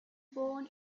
born